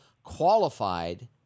qualified